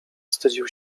wstydził